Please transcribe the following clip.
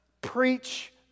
preach